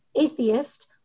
atheist